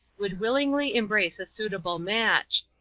would willingly embrace a suitable match.